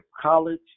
college